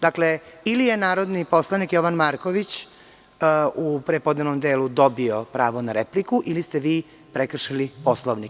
Dakle, ili je narodni poslanik Jovan Marković u prepodnevnom delu dobio pravo na repliku ili ste vi prekršili Poslovnik.